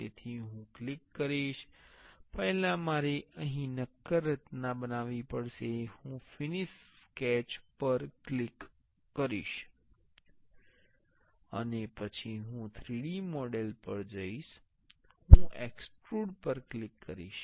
તેથી હું ક્લિક કરીશ પહેલા મારે અહીં નક્કર રચના બનાવવી પડશે હું ફિનિશ સ્કેચ પર ક્લિક કરીશ અને પછી હું 3D મોડેલ પર જઈશ હું એક્સ્ટ્રુડ પર ક્લિક કરીશ